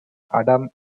adam